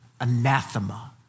anathema